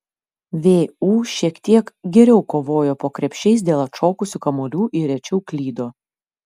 vu šiek tiek geriau kovojo po krepšiais dėl atšokusių kamuolių ir rečiau klydo